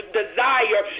desire